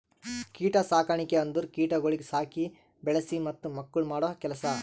ಕೀಟ ಸಾಕಣಿಕೆ ಅಂದುರ್ ಕೀಟಗೊಳಿಗ್ ಸಾಕಿ, ಬೆಳಿಸಿ ಮತ್ತ ಮಕ್ಕುಳ್ ಮಾಡೋ ಕೆಲಸ